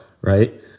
right